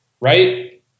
right